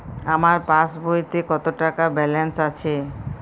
আমার পাসবইতে কত টাকা ব্যালান্স আছে?